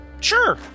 Sure